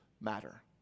matter